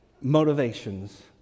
motivations